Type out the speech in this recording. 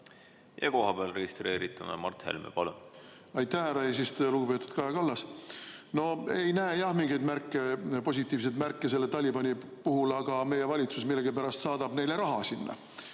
Kohapeal registreerununa Mart Helme, palun! Aitäh, härra eesistuja! Lugupeetud Kaja Kallas! No ei näe jah mingeid positiivseid märke selle Talibani puhul, aga meie valitsus millegipärast saadab neile raha sinna.